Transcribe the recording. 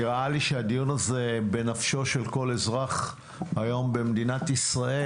נראה לי שהדיון הזה הוא בנפשו של כל אזרח היום במדינת ישראל,